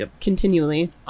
continually